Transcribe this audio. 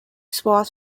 spot